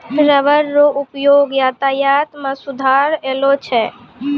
rubber रो उपयोग यातायात मे सुधार अैलौ छै